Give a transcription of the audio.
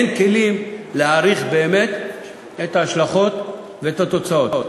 אין כלים להעריך באמת את ההשלכות ואת התוצאות.